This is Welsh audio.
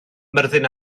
myrddin